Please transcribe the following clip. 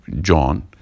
John